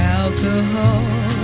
alcohol